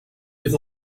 with